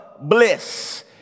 bliss